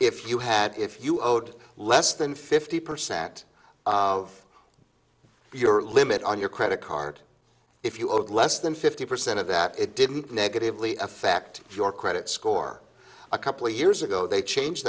if you had if you owed less than fifty percent of your limit on your credit card if you hold less than fifty percent of that it didn't negatively affect your credit score a couple years ago they changed